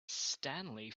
stanley